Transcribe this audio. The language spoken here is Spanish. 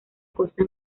cosa